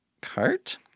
Cart